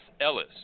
ellis